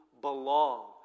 belong